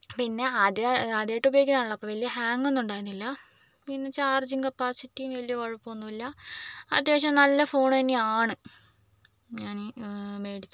പിന്നെ ആദ്യം ആദ്യമായിട്ട് ഉപയോഗിക്കുന്നതാണല്ലോ അപ്പോൾ വലിയ ഹാങ്ങ് ഒന്നും ഉണ്ടായിരുന്നില്ല പിന്നെ ചാർജിങ് കപ്പാസിറ്റി വലിയ കുഴപ്പമൊന്നുമില്ല അത്യാവശ്യം നല്ല ഫോൺ തന്നെയാണ് ഞാൻ മേടിച്ചത്